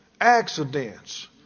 Accidents